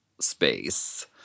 space